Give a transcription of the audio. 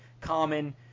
common